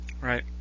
Right